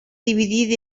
dividir